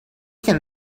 can